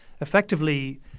effectively